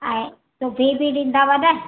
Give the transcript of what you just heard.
ऐं सिॿी बि ॾींदव न